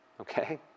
Okay